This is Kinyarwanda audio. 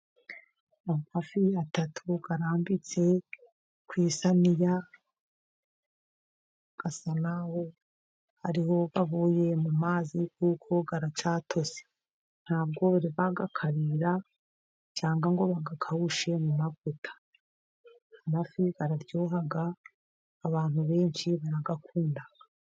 Amafi atatu arambitse ku isiniya , asa n'aho aribwo avuye mu mazi, kuko aracyatose . Ntabwo bari bayakarira, cyangwa ngo bayakawushe mu mavuta . Amafi , araryoha . Abantu benshi barayakunda.